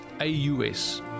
AUS